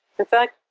in fact,